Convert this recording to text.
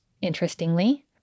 interestingly